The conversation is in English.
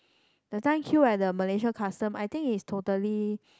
that time queue at the Malaysia custom I think it's totally